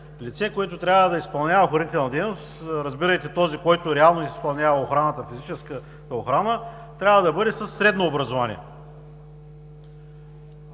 лице, което трябва да изпълнява охранителна дейност, разбирайте този, който реално изпълнява физическата охрана, трябва да бъде със средно образование.